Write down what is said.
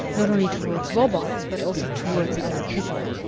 not only towards robots but also towards other people.